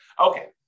Okay